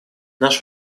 наш